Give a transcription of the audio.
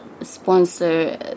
sponsor